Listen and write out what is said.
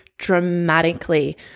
dramatically